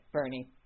Bernie